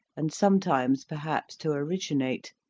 and some times perhaps to originate,